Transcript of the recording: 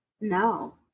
No